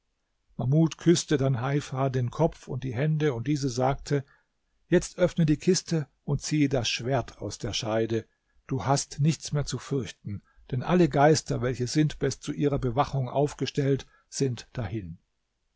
mahmud küßte dann heifa den kopf und die hände und diese sagte jetzt öffne die kiste und ziehe das schwert aus der scheide du hast nichts mehr zu fürchten denn alle geister welche sintbest zu ihrer bewachung aufgestellt sind dahin